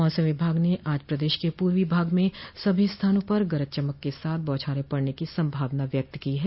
मौसम विभाग ने आज प्रदेश के पूर्वी भाग में सभी स्थानों पर गरज चमक के साथ बौछारे पड़ने की संभावना व्यक्त की है